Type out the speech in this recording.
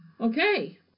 Okay